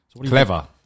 clever